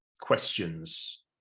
questions